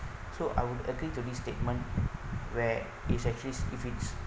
so I would agree to this statement where it actually if it